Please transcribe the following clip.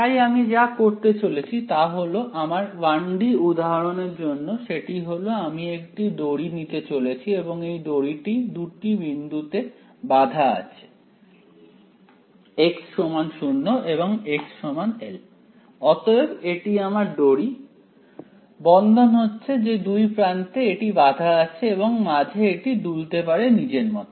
তাই আমি যা করতে চলেছি তা হলো আমার 1 D উদাহরণ এর জন্য সেটি হল আমি একটি দড়ি নিতে চলেছি এবং এই দড়িটি দুটি বিন্দুতে বাধা আছে x0 এবং x l অতএব এটি আমার দড়ি বন্ধন হচ্ছে যে দুই প্রান্তে এটি বাঁধা আছে এবং মাঝে এটি দুলতে পারে নিজের মত